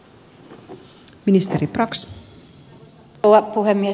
arvoisa rouva puhemies